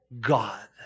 God